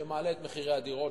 שמעלה את מחירי הדיור,